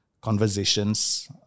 conversations